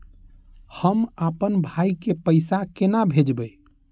हम आपन भाई के पैसा केना भेजबे?